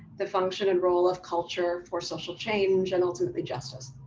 the function and role of culture for social change and ultimately justice.